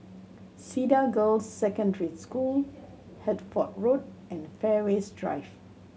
Cedar Girls' Secondary School Hertford Road and Fairways Drive